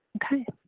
okay.